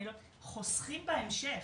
חוסכים בהמשך.